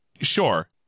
sure